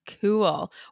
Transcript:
Cool